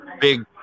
big